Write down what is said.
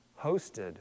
hosted